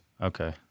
Okay